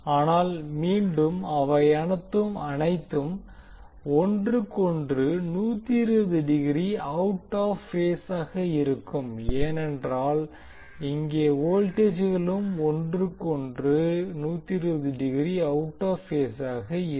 ஆனால் மீண்டும் அவையனைத்தும் ஒன்றுக்கொன்று 120 டிகிரி அவுட் ஆப் பேஸ் ஆக இருக்கும் ஏனென்றால் இங்கே வோல்டேஜ்களும் ஒன்றுக்கொன்று 120 டிகிரி அவுட் ஆப் பேஸ் ஆக இருக்கும்